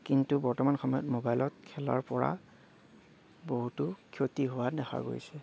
কিন্তু বৰ্তমান সময়ত ম'বাইলত খেলাৰ পৰা বহুতো ক্ষতি হোৱা দেখা গৈছে